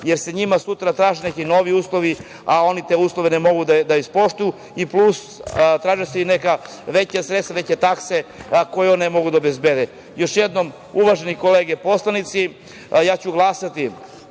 jer se sutra njima traže neki novi uslovi, a oni te uslove ne mogu da ispoštuju i plus traže se i neka veća sredstva, veće takse koje oni ne mogu da obezbede. Još jednom, uvažene kolege poslanici, ja ću glasati